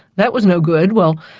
that was no good. well,